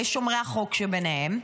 לשומרי החוק שביניהם,